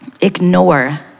ignore